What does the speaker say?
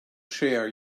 share